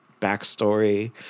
Backstory